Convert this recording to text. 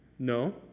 No